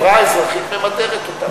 החברה האזרחית ממדרת אותם.